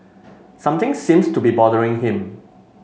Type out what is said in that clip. something seems to be bothering him